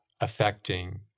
affecting